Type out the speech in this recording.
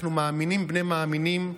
אנחנו מאמינים בני מאמינים,